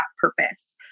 purpose